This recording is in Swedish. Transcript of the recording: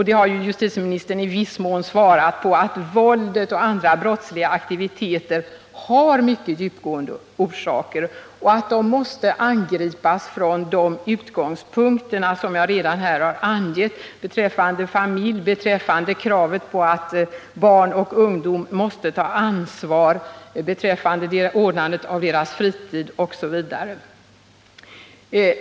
Det har justitieministern i viss mån svarat på genom sitt uttalande att våld och andra brottsliga aktiviteter har mycket djupgående orsaker och att de måste angripas från de utgångspunkter jag redan angett beträffande familj, beträffande kravet på att barn och ungdom måste ta ansvar, beträffande ordnandet av deras fritid osv.